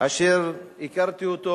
אשר הכרתי אותו